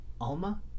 Alma